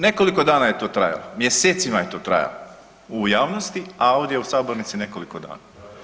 Nekoliko dana je to trajalo, mjesecima je to trajalo u javnosti, a ovdje u sabornici nekoliko dana.